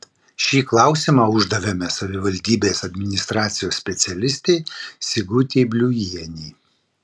šį klausimą uždavėme savivaldybės administracijos specialistei sigutei bliujienei